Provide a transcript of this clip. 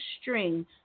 string